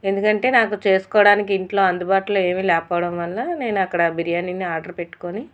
ఎందుకంటే నాకు చేసుకోవడానికి ఇంట్లో అందుబాటులో ఏమీ లేకపోవడం వల్ల నేను అక్కడ బిర్యానీని ఆర్డర్ పెట్టుకోని